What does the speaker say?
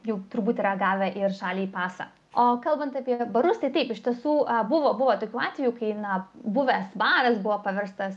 jau turbūt yra gavę ir žaliąjį pasą o kalbant apie barus tai taip iš tiesų abu buvo tokių atvejų kai na buvęs baras buvo paverstas